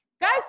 guys